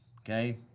okay